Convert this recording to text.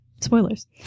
spoilers